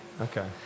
Okay